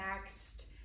next